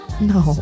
No